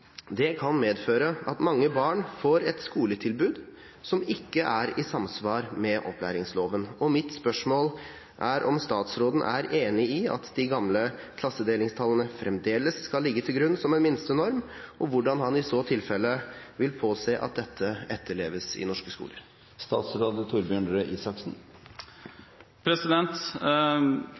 Det kan medføre at mange barn får et skoletilbud som ikke er i samsvar med opplæringsloven. Mitt spørsmål er om statsråden er enig i at de gamle klassedelingstallene fremdeles skal ligge til grunn som en minstenorm, og hvordan han i så tilfelle vil påse at dette etterleves i norske skoler.